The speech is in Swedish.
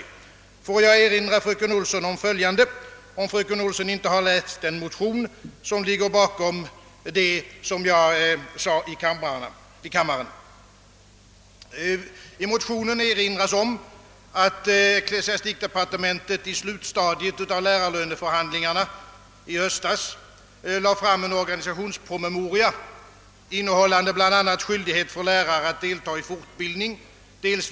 Får jag påminna fröken Olsson om följande, ifall fröken Olsson inte har läst den motion som ligger bakom mitt yttrande i kammaren. I motionen erinras om att ecklesiastikministern i slutstadiet av lärarlöneförhandlingarna i höstas lade fram en organisationspromemoria, innehållande bla. skyldighet för lärare att delta i fortbildning, dels.